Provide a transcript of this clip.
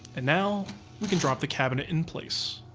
and now we can drop the cabinet in place.